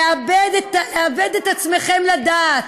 לאבד את עצמכם לדעת.